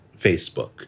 Facebook